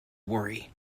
worry